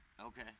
Okay